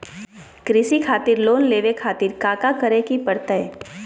कृषि खातिर लोन लेवे खातिर काका करे की परतई?